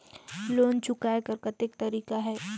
Loan चुकाय कर कतेक तरीका है?